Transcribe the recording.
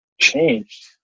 changed